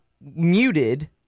muted